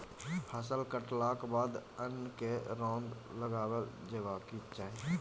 फसल कटलाक बाद अन्न केँ रौद लगाएल जेबाक चाही